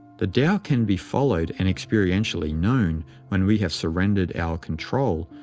the tao can be followed and experientially known when we have surrendered our controlled,